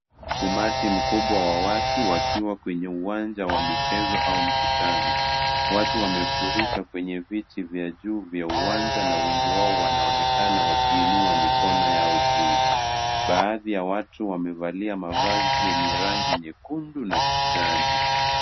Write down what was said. Umati mkubwa wa watu wakiwa kwenye uwanja wa mchezo au mkutano, watu wamefurika kwenye viti vya juu vya uwanja na wengi wao wanaonekana wakiinua mikono yao juu, baadhi ya watu wamevalia mavazi yenye rangi nyekundu na kijani.